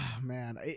Man